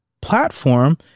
platform